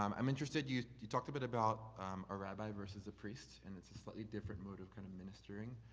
um i'm interested, you you talked a bit about a rabbi versus a priest, and it's a slightly different mode of kind of ministering.